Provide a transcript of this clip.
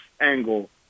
angle